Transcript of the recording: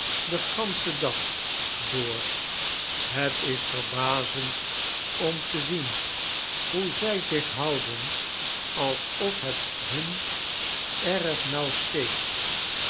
den ganschen dag door het is verbazend om te zien hoe zy zich houden alsof het hun erg nauw steekt